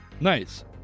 Nice